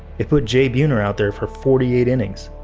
it put j. buhner out there for forty eight innings,